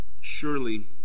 surely